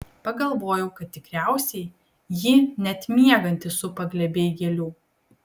pagalvojau kad tikriausiai jį net miegantį supa glėbiai gėlių